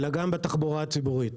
גם בתחבורה הציבורית.